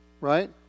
Right